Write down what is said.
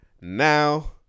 Now